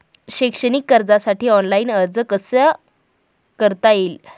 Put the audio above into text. शैक्षणिक कर्जासाठी ऑनलाईन अर्ज कसा करता येईल?